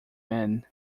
man